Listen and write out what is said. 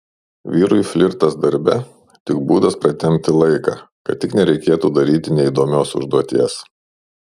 vyrui flirtas darbe tik būdas pratempti laiką kad tik nereikėtų daryti neįdomios užduoties